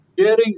Sharing